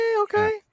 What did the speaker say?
okay